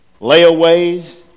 Layaways